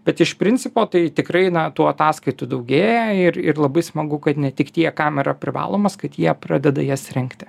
bet iš principo tai tikrai na tų ataskaitų daugėja ir ir labai smagu kad ne tik tie kam yra privalomas kad jie pradeda jas rengti